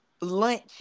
lunch